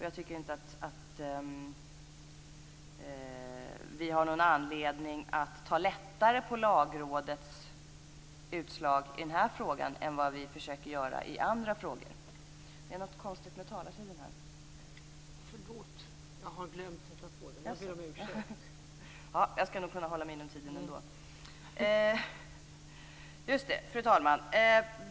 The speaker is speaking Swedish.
Jag tycker inte att vi har någon anledning att ta lättare på Lagrådets utslag i den här frågan än vad vi försöker göra i andra frågor. Fru talman!